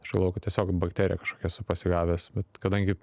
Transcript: aš galvojau kad tiesiog bakteriją kažkokią esu pasigavęs bet kadangi